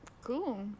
cool